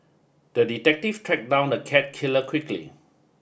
the detective track down the cat killer quickly